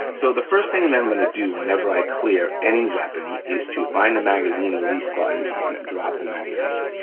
so the first thing that and i'm gonna do whenever i clear any weapon is to find the magazine release button and drop the magazine.